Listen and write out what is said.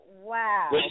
Wow